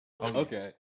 Okay